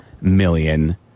million